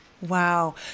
Wow